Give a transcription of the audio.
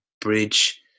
bridge